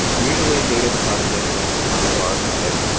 um usually data deposited with the topical archive,